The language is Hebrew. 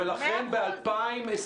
אז בוא תממש אותה.